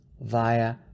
via